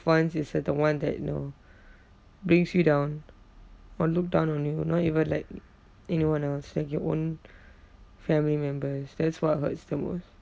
ones is like the one that you know brings you down or look down on you not even like anyone else like your own family members that's what hurts the most